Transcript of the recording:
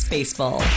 Baseball